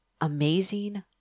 amazing